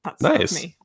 Nice